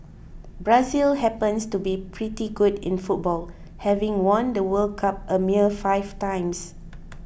Brazil happens to be pretty good in football having won the World Cup a mere five times